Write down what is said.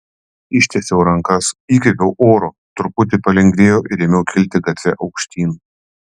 ištiesiau rankas įkvėpiau oro truputį palengvėjo ir ėmiau kilti gatve aukštyn